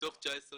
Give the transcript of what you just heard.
במשרדי